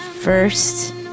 first